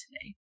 today